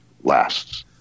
lasts